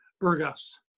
Burgos